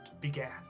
began